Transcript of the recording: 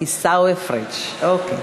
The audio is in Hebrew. עיסאווי פריג', אוקיי.